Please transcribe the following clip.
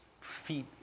feed